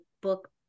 book